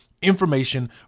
Information